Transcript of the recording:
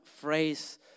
phrase